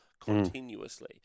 continuously